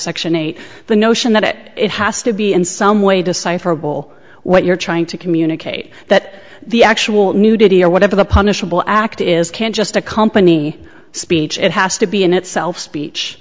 section eight the notion that it has to be in some way decipherable what you're trying to communicate that the actual nudity or whatever the punishable act is can't just a company speech it has to be in itself speech